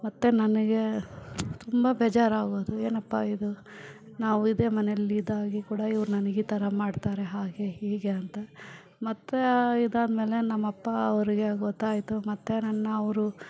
ಮತ್ತು ನನಗೆ ತುಂಬ ಬೇಜಾರ್ ಆಗೋದು ಏನಪ್ಪ ಇದು ನಾವು ಇದೇ ಮನೆಯಲ್ಲಿ ಇದಾಗಿ ಕೂಡ ಇವ್ರು ನನಗೆ ಈ ಥರ ಮಾಡ್ತಾರೆ ಹಾಗೆ ಹೀಗೆ ಅಂತ ಮತ್ತು ಇದಾದಮೇಲೆ ನಮ್ಮ ಅಪ್ಪ ಅವರಿಗೆ ಗೊತ್ತಾಯಿತು ಮತ್ತು ನನ್ನ ಅವರು